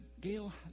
Gail